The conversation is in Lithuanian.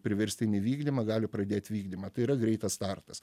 priverstinį vykdymą gali pradėt vykdymą tai yra greitas startas